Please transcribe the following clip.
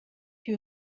you